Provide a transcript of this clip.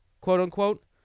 quote-unquote